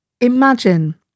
imagine